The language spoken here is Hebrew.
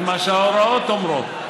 על מה שההוראות אומרות.